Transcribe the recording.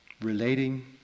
relating